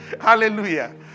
Hallelujah